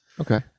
okay